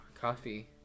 coffee